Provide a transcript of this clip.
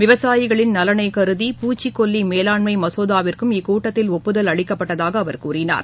விவசாயிகளின் நலனை கருதி பூச்சிக்கொல்லி மேலாண்மை மசோதாவிற்கும் இக்கூட்டத்தில் ஒப்புதல் அளிக்கப்பட்டதாக அவர் கூறினார்